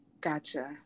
Gotcha